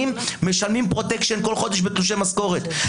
משלמים פרוטקשן כל חודש בתלושי משכורת.